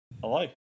Hello